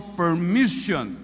permission